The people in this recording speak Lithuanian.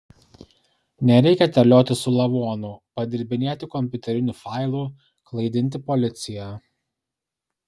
nereikia terliotis su lavonu padirbinėti kompiuterinių failų klaidinti policiją